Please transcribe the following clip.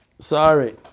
Sorry